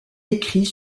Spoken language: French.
écrit